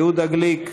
יהודה גליק,